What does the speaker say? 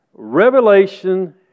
Revelation